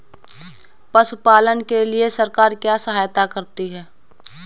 पशु पालन के लिए सरकार क्या सहायता करती है?